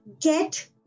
get